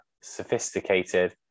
sophisticated